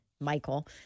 michael